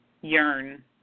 yearn